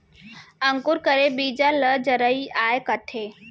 अंकुर करे बीजा ल जरई आए कथें